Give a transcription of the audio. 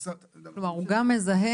כלומר, הוא גם מזהה.